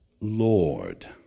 Lord